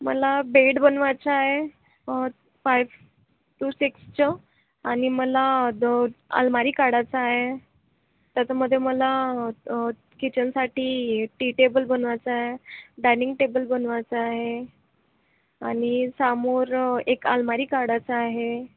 मला बेड बनवायचा आहे फाई टू सिक्सचं आणि मला द् अलमारी काढायचा आहे त्याच्यामध्ये मला किचनसाठी टी टेबल बनवायचा आहे डायनिंग टेबल बनवायचा आहे आणि समोर एक अलमारी काढायचा आहे